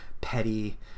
petty